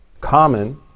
common